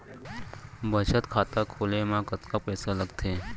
बचत खाता खोले मा कतका पइसा लागथे?